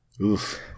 Oof